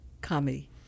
comedy